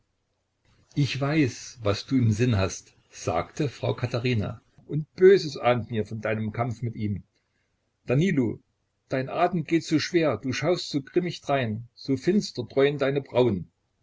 ich weiß was du im sinn hast sagte frau katherina und böses ahnt mir von deinem kampf mit ihm danilo dein atem geht so schwer du schaust so grimmig drein so finster dräuen deine brauen